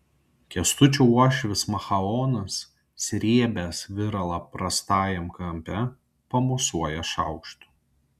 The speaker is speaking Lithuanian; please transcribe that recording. kęstučio uošvis machaonas srėbęs viralą prastajam kampe pamosuoja šaukštu